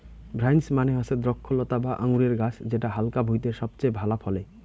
vines মানে হসে দ্রক্ষলতা বা আঙুরের গাছ যেটা হালকা ভুঁইতে সবচেয়ে ভালা ফলে